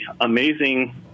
amazing